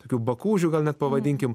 tokių bakūžių gal net pavadinkim